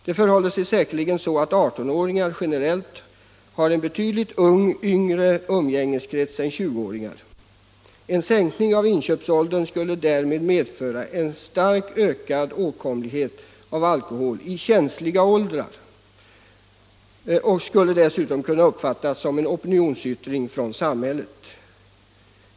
Det förhåller sig säkerligen så att 18-åringar generellt sett har en betydligt yngre umgängeskrets än 20-åringar. En sänkning av inköpsåldern skulle därmed medföra en starkt ökad åtkomlighet av alkohol i känsliga åldrar och skulle dessutom kunna uppfattas som en opinionsyttring från samhället.